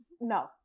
no